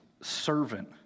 servant